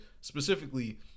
specifically